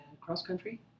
cross-country